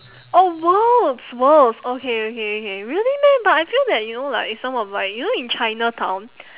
oh world's world's okay okay okay really meh but I feel that you know like some of like you know in chinatown